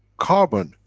carbon,